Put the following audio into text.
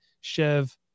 Chev